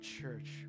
church